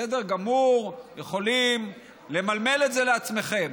בסדר גמור, אתם יכולים למלמל את זה לעצמכם.